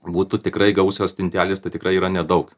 būtų tikrai gausios stintelės tai tikrai yra nedaug